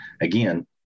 again